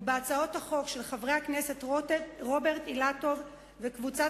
ובהצעות החוק של חברי הכנסת רוברט אילטוב וליה